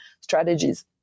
strategies